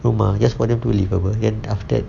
rumah just for them to live apa then after that